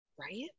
right